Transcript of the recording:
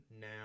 now